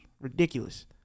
Ridiculous